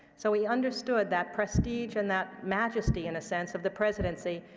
so he understood that prestige and that majesty, in a sense, of the presidency,